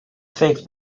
figs